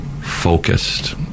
focused